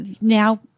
now